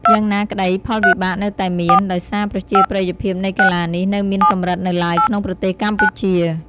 យ៉ាងណាក្ដីផលវិបាកនៅតែមាន ដោយសារប្រជាប្រិយភាពនៃកីឡានេះនៅមានកម្រិតនៅឡើយក្នុងប្រទេសកម្ពុជា។